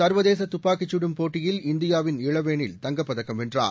சர்வதேச தப்பாக்கிச் சுடும் போட்டியில் இந்தியாவின் இளவேனில் தங்கப்பதக்கம் வென்றார்